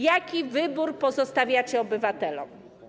Jaki wybór pozostawiacie obywatelom?